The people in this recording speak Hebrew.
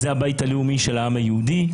זה הבית הלאומי של העם היהודי.